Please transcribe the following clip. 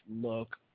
look